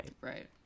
Right